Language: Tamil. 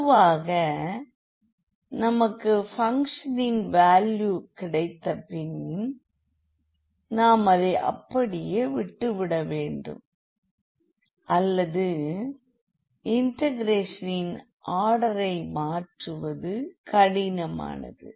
பொதுவாக நமக்கு பங்க்ஷனின் வேல்யூ கிடைத்தப்பின் நாம் அதை அப்படியே விட்டுவிட வேண்டும் அல்லது இன்டெகிரேஷனின் ஆர்டரை மாற்றுவது கடினமானது